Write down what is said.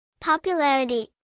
Popularity